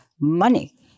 money